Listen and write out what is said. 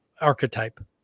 archetype